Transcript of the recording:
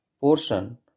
portion